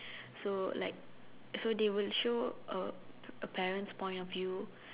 so like so they will show a a parent's point of view